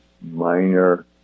minor